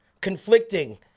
Conflicting